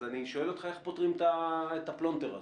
אז אני שואל אותך: איך פותרים את פלונטר הזה?